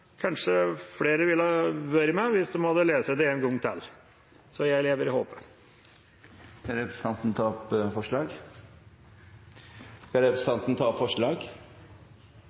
kanskje flere ville ha vært med hvis de hadde lest det en gang til. Så jeg lever i håpet. Jeg tar opp